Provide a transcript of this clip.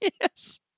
Yes